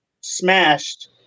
smashed